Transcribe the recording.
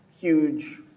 huge